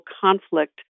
conflict